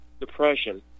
depression